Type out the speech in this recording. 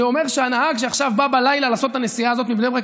זה אומר שהנהג שעכשיו בא בלילה לעשות את הנסיעה הזאת מבני ברק